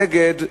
נגד,